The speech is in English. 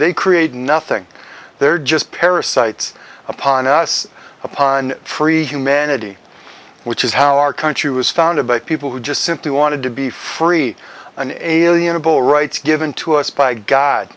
they create nothing there just parasites upon us upon free humanity which is how our country was founded by people who just simply wanted to be free and alienable rights given to us by god